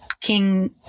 king